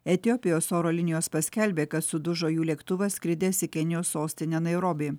etiopijos oro linijos paskelbė kad sudužo jų lėktuvas skridęs į kenijos sostinę nairobį